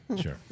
Sure